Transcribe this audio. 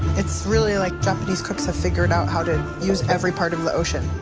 it's really like japanese cooks have figured out how to use every part of the ocean